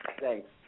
Thanks